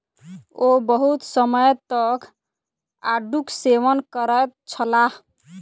ओ बहुत समय तक आड़ूक सेवन करैत छलाह